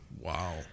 Wow